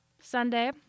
Sunday